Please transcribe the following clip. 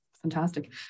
fantastic